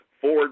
Ford